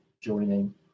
joining